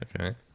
Okay